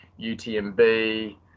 UTMB